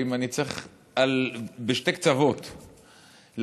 שאם אני צריך בשתי קצוות להגיד,